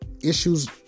issues